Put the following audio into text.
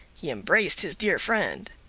he embraced his dear friend.